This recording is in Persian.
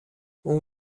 اون